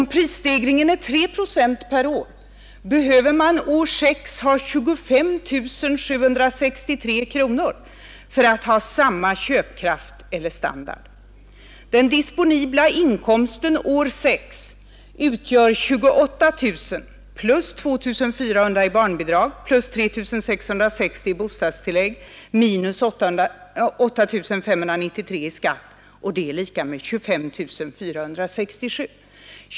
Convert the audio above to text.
Om prisstegringen är 3 procent per år, behöver man år 6 ha 25 763 kronor i inkomst för att ha samma köpkraft eller standard. Den disponibla inkomsten år 6 utgör 28 000 plus 2 400 i barnbidrag, plus 3 660 i bostadstillägg, minus 8 593 i skatt, vilket är lika med 25 467.